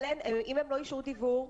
אבל אם הם לא אישרו דיוור?